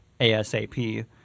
ASAP